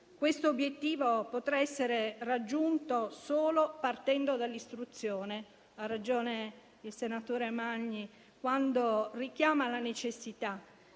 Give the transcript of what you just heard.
Questo obiettivo potrà essere raggiunto solo partendo dall'istruzione. Ha ragione il senatore Magni quando richiama la necessità